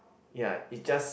ya it just